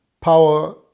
power